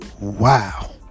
wow